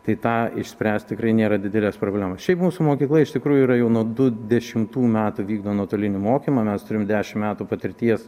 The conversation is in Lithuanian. tai tą išspręst tikrai nėra didelės problemos šiaip mūsų mokykla iš tikrųjų yra jau nuo du dešimtų metų vykdo nuotolinį mokymą mes turim dešimt metų patirties